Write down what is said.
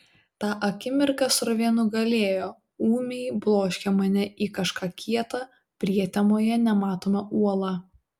tą akimirką srovė nugalėjo ūmiai bloškė mane į kažką kieta prietemoje nematomą uolą